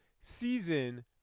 season